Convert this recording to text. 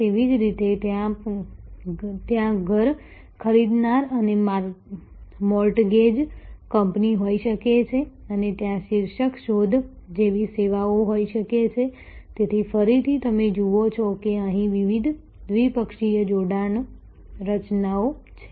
તેવી જ રીતે ત્યાં ઘર ખરીદનાર અને મોર્ટગેજ કંપની હોઈ શકે છે અને ત્યાં શીર્ષક શોધ જેવી સેવાઓ હોઈ શકે છે તેથી ફરીથી તમે જુઓ છો કે અહીં વિવિધ દ્વિપક્ષીય જોડાણ રચનાઓ છે